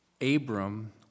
Abram